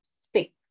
stick